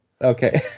Okay